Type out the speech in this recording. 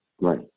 Right